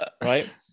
right